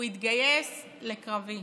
הוא התגייס לקרבי.